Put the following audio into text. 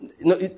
No